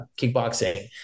kickboxing